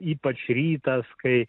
ypač rytas kai